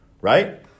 right